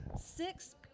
Six